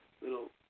little